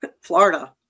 Florida